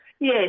Yes